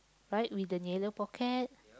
right with the pocket